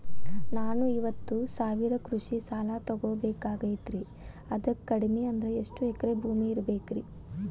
ನಾನು ಐವತ್ತು ಸಾವಿರ ಕೃಷಿ ಸಾಲಾ ತೊಗೋಬೇಕಾಗೈತ್ರಿ ಅದಕ್ ಕಡಿಮಿ ಅಂದ್ರ ಎಷ್ಟ ಎಕರೆ ಭೂಮಿ ಇರಬೇಕ್ರಿ?